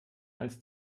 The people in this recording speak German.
als